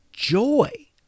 joy